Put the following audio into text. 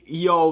yo